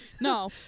no